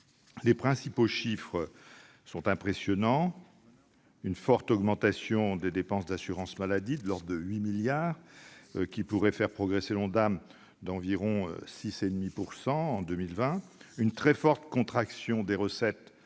Les principaux chiffres sont impressionnants : une forte augmentation des dépenses d'assurance maladie, de l'ordre de 8 milliards d'euros, qui pourrait faire progresser l'Ondam d'environ 6,5 % en 2020 ; une très forte contraction des recettes,